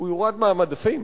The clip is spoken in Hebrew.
הוא יורד מהמדפים.